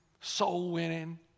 soul-winning